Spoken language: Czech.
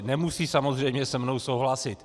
Nemusí samozřejmě se mnou souhlasit.